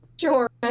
Sure